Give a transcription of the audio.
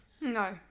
No